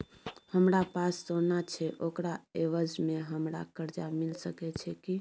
हमरा पास सोना छै ओकरा एवज में हमरा कर्जा मिल सके छै की?